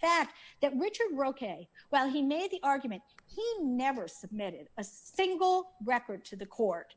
fact that richard roquet well he made the argument he never submitted a single record to the court